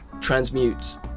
transmute